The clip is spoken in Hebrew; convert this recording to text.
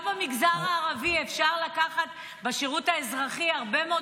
גם במגזר הערבי אפשר לקחת בשירות האזרחי הרבה מאוד